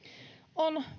on